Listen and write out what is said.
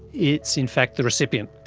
it's in fact the recipient.